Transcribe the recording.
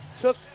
took